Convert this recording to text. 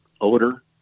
odor